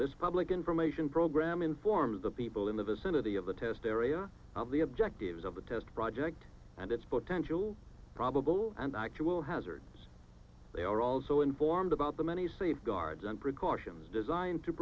this public information program informs the people in the vicinity of the test area of the objectives of the test project and its potential probable and actual hazards they are also informed about the many save guards and precautions designed to